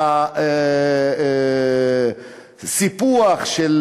והסיפוח של